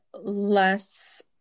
less